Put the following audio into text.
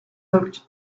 looked